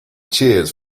cheers